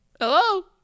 Hello